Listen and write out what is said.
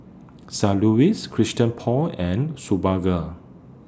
Saint Ives Christian Paul and Superga